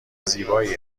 زیبایی